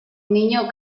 minyó